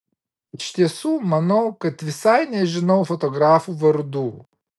iš tiesų manau kad visai nežinau fotografų vardų